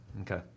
Okay